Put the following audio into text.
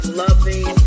loving